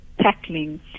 tackling